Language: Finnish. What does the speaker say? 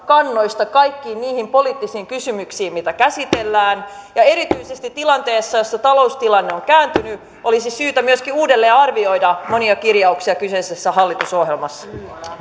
kannoista kaikkiin niihin poliittisiin kysymyksiin mitä käsitellään ja erityisesti tilanteessa jossa taloustilanne on kääntynyt olisi syytä myöskin uudelleen arvioida monia kirjauksia kyseisessä hallitusohjelmassa